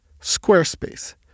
Squarespace